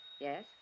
Yes